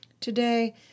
Today